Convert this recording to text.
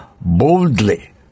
boldly